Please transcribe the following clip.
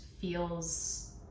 feels